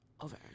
over